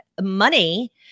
money